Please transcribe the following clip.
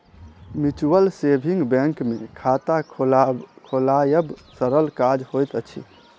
mutual saving bank मे खाता खोलायब सरल काज होइत अछि